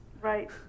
Right